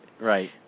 Right